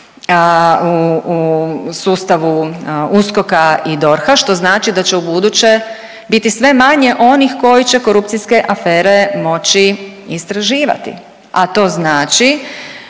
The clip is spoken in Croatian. u sustavu USKOK-a i DORH-a što znači da će ubuduće biti sve manje onih koji će korupcijske afere moći istraživati. A to znači